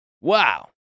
wow